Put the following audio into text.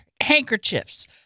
handkerchiefs